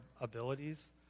abilities